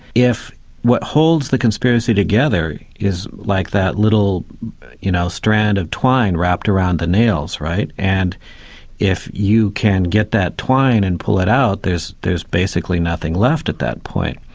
if what holds the conspiracy together, is like that little you know strand of twine wrapped around the nails, right? and if you can get that twine and pull it out, there's there's basically nothing left at that point.